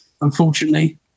unfortunately